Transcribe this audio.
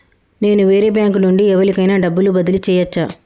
నేను వేరే బ్యాంకు నుండి ఎవలికైనా డబ్బు బదిలీ చేయచ్చా?